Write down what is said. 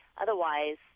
Otherwise